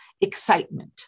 excitement